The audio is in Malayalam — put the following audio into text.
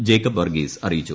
ജേക്കബ് വർഗ്ഗീസ് അറിയിച്ചു